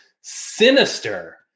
Sinister